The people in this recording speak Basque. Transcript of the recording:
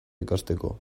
ikasteko